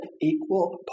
equal